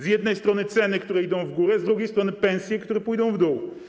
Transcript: Z jednej strony ceny, które idą w górę, z drugiej strony pensje, które pójdą w dół.